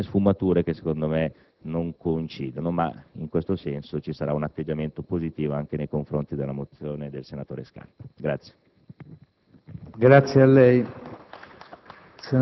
vi sono molti punti di contatto e solo alcune sfumature, secondo me, non coincidono. In questo senso, ci sarà un atteggiamento positivo anche nei confronti della mozione del senatore Scarpa Bonazza